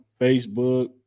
Facebook